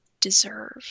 deserve